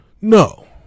No